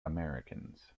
americans